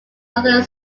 northern